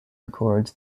records